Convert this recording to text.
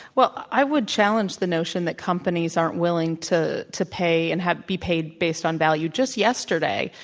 well, i would challenge the notion that companies aren't willing to to pay and have be paid based on value. just yesterday,